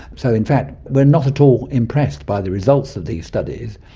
so in fact we are not at all impressed by the results of these studies.